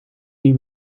niet